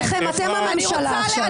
אתם הממשלה עכשיו.